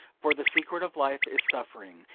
for the secret of life is suffering.